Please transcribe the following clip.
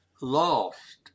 lost